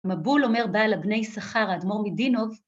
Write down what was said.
מבול אומר בעל אבני יששכר, אדמור מדינוב.